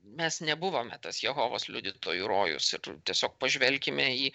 mes nebuvome tas jehovos liudytojų rojus ir tiesiog pažvelkime į